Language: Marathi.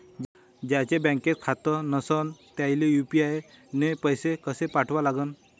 ज्याचं बँकेत खातं नसणं त्याईले यू.पी.आय न पैसे कसे पाठवा लागन?